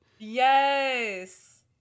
Yes